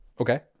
Okay